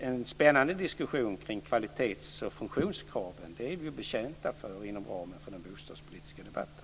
En spännande diskussion kring kvalitets och funktionskraven är vi alltså betjänta av inom ramen för den bostadspolitiska debatten.